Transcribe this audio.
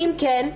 אם כן,